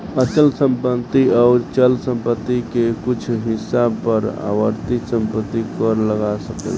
अचल संपत्ति अउर चल संपत्ति के कुछ हिस्सा पर आवर्ती संपत्ति कर लाग सकेला